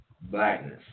blackness